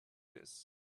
this